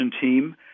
team